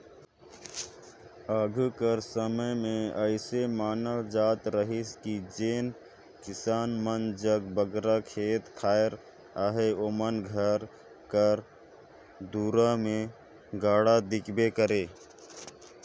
आघु कर समे मे अइसे मानल जात रहिस कि जेन किसान मन जग बगरा खेत खाएर अहे ओमन घर कर दुरा मे गाड़ा दिखबे करे